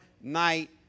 night